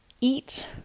eat